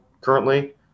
currently